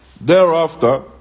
Thereafter